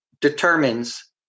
determines